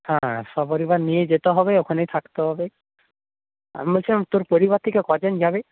হ্যাঁ সপরিবার নিয়েই যেতে হবে ওইখানে থাকতে হবে আমি বলছিলাম তোর পরিবারের থেকে কজন যাবে